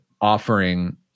offering